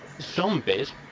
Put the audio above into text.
zombies